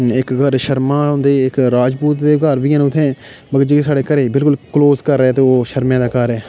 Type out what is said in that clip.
इक घर शर्मा हुंदे इक राजपूत दे घर बी हैन उत्थै मगर साढे घरै दे बिल्कुल क्लोज घर हे ते ओह् शर्मे दा ऐ